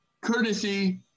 courtesy